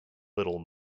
little